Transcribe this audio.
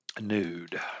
Nude